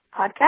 podcast